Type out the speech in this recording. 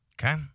okay